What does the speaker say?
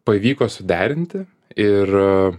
pavyko suderinti ir